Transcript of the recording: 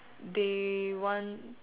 they want